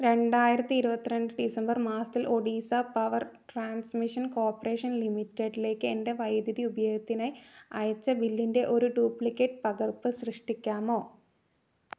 രണ്ടായിരത്തി ഇരുപത്തിരണ്ട് ഡിസംബർ മാസത്തിൽ ഒഡീസ പവർ ട്രാൻസ്മിഷൻ കോർപ്പറേഷൻ ലിമിറ്റഡിലേക്ക് എൻ്റെ വൈദ്യുതി ഉപയോഗത്തിനായി അയച്ച ബില്ലിൻ്റെ ഒരു ഡ്യൂപ്ലിക്കേറ്റ് പകർപ്പ് സൃഷ്ടിക്കാമോ